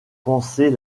penser